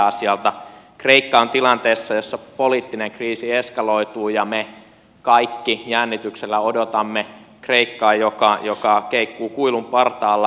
kreikka on tilanteessa jossa poliittinen kriisi eskaloituu ja me kaikki jännityksellä odotamme kreikkaa joka keikkuu kuilun partaalla